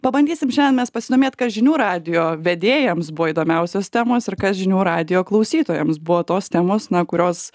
pabandysim šiandien mes pasidomėt kas žinių radijo vedėjams buvo įdomiausios temos ir kas žinių radijo klausytojams buvo tos temos na kurios